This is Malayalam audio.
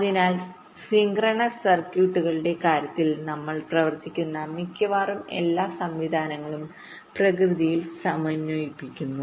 അതിനാൽ സിൻക്രണസ് സർക്യൂട്ടുകളുടെകാര്യത്തിൽ നമ്മൾ സംസാരിക്കുന്ന മിക്കവാറും എല്ലാ സംവിധാനങ്ങളും പ്രകൃതിയിൽ സമന്വയിപ്പിക്കുന്നു